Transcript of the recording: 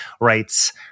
writes